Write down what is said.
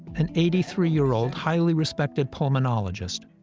an eighty three year old highly respected pulmonologist,